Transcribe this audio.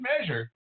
measure